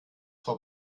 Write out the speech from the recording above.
vor